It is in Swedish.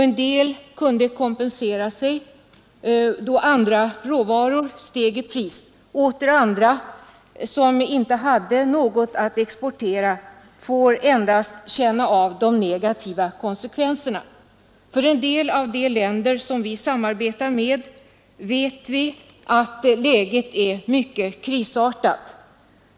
En del kunde kompensera sig då andra råvaror steg i pris. Andra u-länder, som inte har något att exportera, får endast känna av de negativa konsekvenserna. Vi vet att läget är mycket krisartat för en del av de länder som vi samarbetar med.